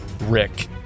Rick